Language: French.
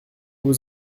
vous